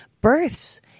births